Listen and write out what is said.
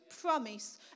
promise